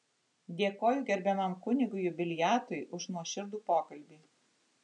dėkoju gerbiamam kunigui jubiliatui už nuoširdų pokalbį